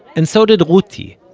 and so did ruti,